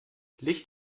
licht